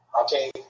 Okay